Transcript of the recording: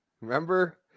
Remember